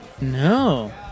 No